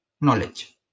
Knowledge